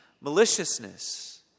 maliciousness